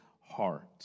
heart